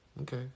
Okay